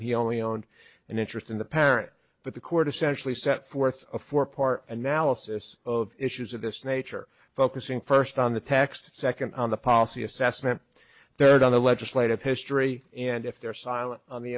he only owned an interest in the parent but the court essentially set forth a four part analysis of issues of this nature focusing first on the text second on the policy assessment third on the legislative history and if their silence on the